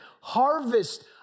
harvest